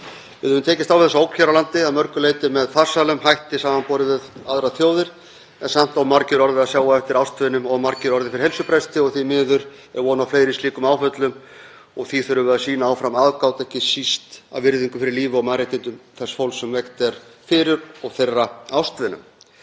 Við höfum tekist á við þessa ógn hér á landi að mörgu leyti með farsælum hætti samanborið við aðrar þjóðir. Samt hafa margir orðið að sjá á eftir ástvinum og margir orðið fyrir heilsubresti og því miður er von á fleiri slíkum áföllum. Því þurfum við að sýna áfram aðgát, ekki síst af virðingu fyrir lífi og mannréttindum þess fólks sem veikt er fyrir og ástvinum